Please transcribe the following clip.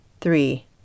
three